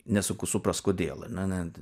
nesunku suprasti kodėl ar ne